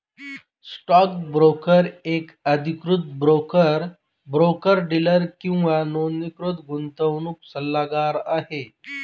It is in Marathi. स्टॉक ब्रोकर एक अधिकृत ब्रोकर, ब्रोकर डीलर किंवा नोंदणीकृत गुंतवणूक सल्लागार आहे